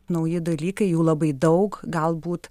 nauji dalykai jų labai daug galbūt